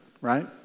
right